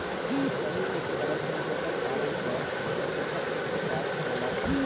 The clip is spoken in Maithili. सही उपकरण अनुदेशक पालन कअ के कृषक कृषि काज कयलक